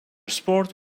sport